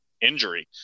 injury